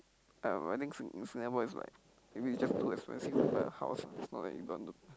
I don't know I think Sing~ Singapore is like maybe it's just too expensive for like a house is not that you don't want to